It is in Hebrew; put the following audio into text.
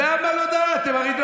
למה לא דאגתם?